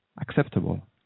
acceptable